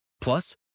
Plus